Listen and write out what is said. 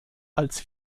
als